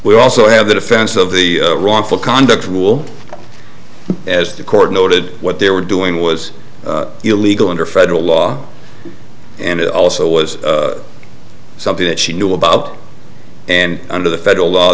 we also have the defense of the wrongful conduct rule as the court noted what they were doing was illegal under federal law and it also was something that she knew about and under the federal law